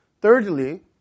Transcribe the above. Thirdly